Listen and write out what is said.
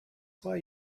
why